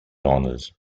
honors